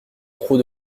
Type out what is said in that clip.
trop